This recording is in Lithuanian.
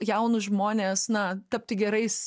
jaunus žmones na tapti gerais